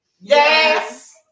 Yes